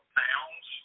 pounds